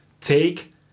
take